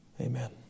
Amen